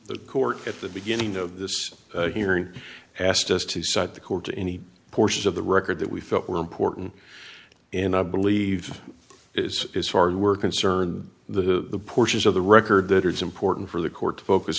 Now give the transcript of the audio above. the court at the beginning of this hearing asked us to cite the court to any portions of the record that we felt were important and i believe is his hard work concern the portions of the record that is important for the court to focus